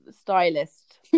stylist